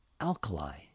alkali